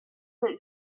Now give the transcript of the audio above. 分别